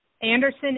Anderson